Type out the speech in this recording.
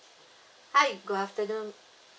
hi good afternoon